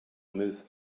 myth